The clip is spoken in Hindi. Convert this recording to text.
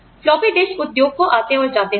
फ्लॉपी डिस्क उद्योग को आते और जाते हुए